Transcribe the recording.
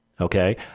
okay